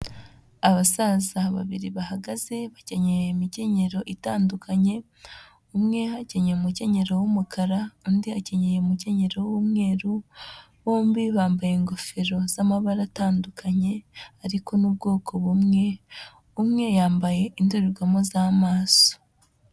Abasaza babiri bahagaze, bakenyeye imikenyero itandukanye, umwe akenyeye umukenyero w'umukara, undi akenyeye umukenyero w'umweru, bombi bambaye ingofero z'amabara atandukanye, ariko ni ubwoko bumwe, umwe yambaye indorerwamo z'amaso.